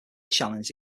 challenged